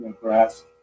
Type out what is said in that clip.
grass